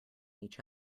each